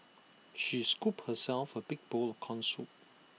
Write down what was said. she scooped herself A big bowl of Corn Soup